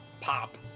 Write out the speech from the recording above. pop